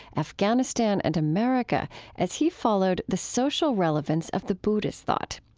afghanistan and america as he followed the social relevance of the buddhist thought.